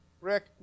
Rick